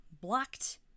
blocked